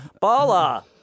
bala